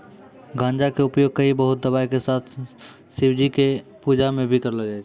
गांजा कॅ उपयोग कई बहुते दवाय के साथ शिवजी के पूजा मॅ भी करलो जाय छै